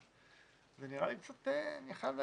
אני חייב להגיד,